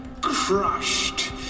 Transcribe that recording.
crushed